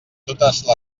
totes